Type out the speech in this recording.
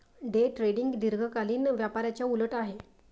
day trading दीर्घकालीन व्यापाराच्या उलट आहे